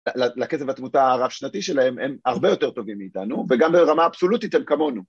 לקצב התמותה הרב שנתי שלהם הם הרבה יותר טובים מאיתנו וגם ברמה אבסולוטית הם כמונו.